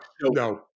No